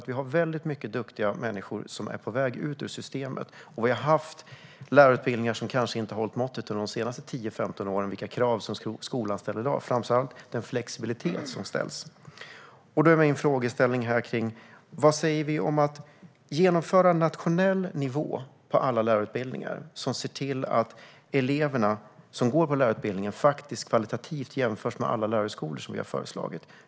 Vi har väldigt många duktiga människor som är på väg ut ur systemet. Och vi har haft lärarutbildningar som inte har hållit måttet de senaste tio femton åren när det gäller de krav som skolan ställer i dag och framför allt de krav som ställs på flexibilitet. Då är min fråga: Vad sägs om att genomföra en nationell nivå på alla lärarutbildningar, så att eleverna som går på lärarutbildningen jämförs kvalitativt med eleverna som går på alla lärarhögskolor, som vi har föreslagit?